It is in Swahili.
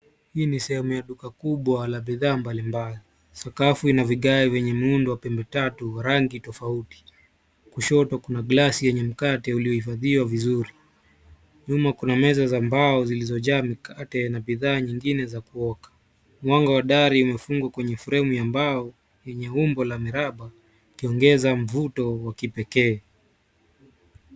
Hii ni sehemu ya duka kubwa la bidhaa mbalimbali. Sakafu ina vigayo venye mundo wa pembe tatu rangi tofauti. Kushoto kuna glasi yenye mkate uliohifadhiwa vizuri. Nyuma kuna meza za mbao zilizojaa mikate na bidhaa nyingine za kuoka. Mwanga hodari umefungwa kwenye fremu ya mbao yenye umbo la miraba ukiongeza mvuto wa kipekee.